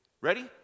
ready